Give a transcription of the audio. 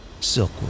Silkwood